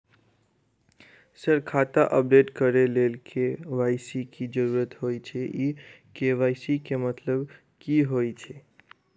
Sir खाता update करऽ लेल के.वाई.सी की जरुरत होइ छैय इ के.वाई.सी केँ मतलब की होइ छैय?